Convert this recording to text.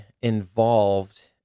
involved